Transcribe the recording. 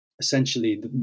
Essentially